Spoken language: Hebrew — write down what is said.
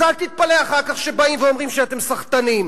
אז אל תתפלא אחר כך כשבאים ואומרים שאתם סחטנים,